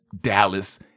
Dallas